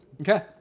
Okay